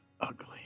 ugly